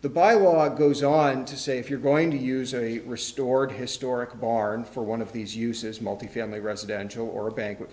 the by law goes on to say if you're going to use a restored historic barn for one of these uses multifamily residential or a banquet